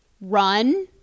run